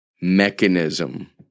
mechanism